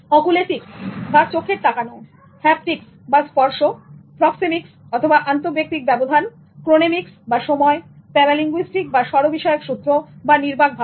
oculesics বা চোখের তাকানো হ্যাপটিক্স বা স্পর্শপ্রক্সেমিক্স অথবা আন্তঃব্যক্তিক ব্যবধান ক্রোনেমিক্সবা সময়প্যারালিঙ্গুইষ্টিক বা স্বরবিষয়ক সূত্র এবং নির্বাকভাব